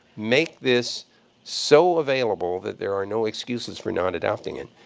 make this so available that there are no excuses for not adopting it.